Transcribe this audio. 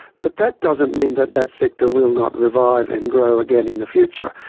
but that doesn't mean that that sector will not revive and grow again in the future.